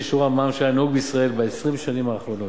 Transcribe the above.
לשיעור המע"מ שהיה נהוג בישראל ב-20 השנים האחרונות.